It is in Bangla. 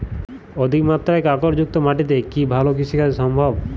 অধিকমাত্রায় কাঁকরযুক্ত মাটিতে কি ভালো কৃষিকাজ সম্ভব?